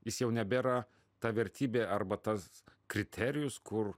jis jau nebėra ta vertybė arba tas kriterijus kur